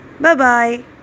Bye-bye